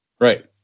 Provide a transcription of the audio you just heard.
Right